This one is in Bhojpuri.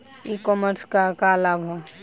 ई कॉमर्स क का लाभ ह?